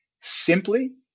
simply